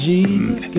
Jesus